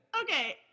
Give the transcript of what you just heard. Okay